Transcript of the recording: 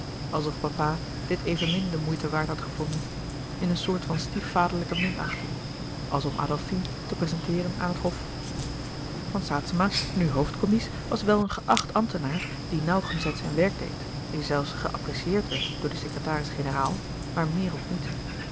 alsof papa dit evenmin de moeite waard had gevonden in een soort van stiefvaderlijke minachting als om adolfine te prezenteeren aan het hof van saetzema nu hoofdcommies was wel een geacht ambtenaar die nauwgezet zijn werk deed die zelfs geapprecieerd werd door den secretaris generaal maar meer ook niet